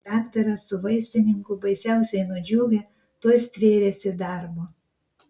daktaras su vaistininku baisiausiai nudžiugę tuoj stvėrėsi darbo